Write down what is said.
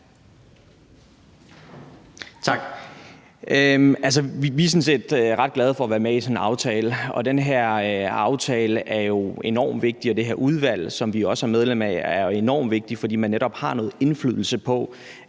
set ret glade for at være med i sådan en aftale, og den her aftale er jo enormt vigtig, og det her udvalg, som vi også er medlem af, er enormt vigtigt, fordi man netop har noget indflydelse på